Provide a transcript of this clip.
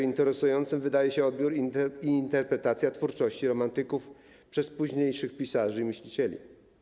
Interesujące wydają się także odbiór i interpretacja twórczości romantyków przez późniejszych pisarzy i myślicieli.